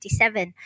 1957